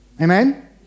amen